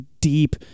deep